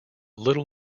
little